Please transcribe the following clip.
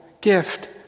gift